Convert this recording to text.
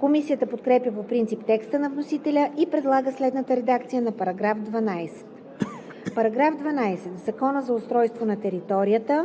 Комисията подкрепя по принцип текста на вносителя и предлага следната редакция на § 12: „§ 12. В Закона за устройство на територията